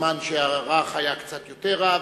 הזמן שארך היה קצת יותר רב,